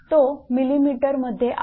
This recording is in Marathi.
तो मिलिमीटरमध्ये आहे